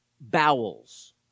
bowels